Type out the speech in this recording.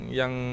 yang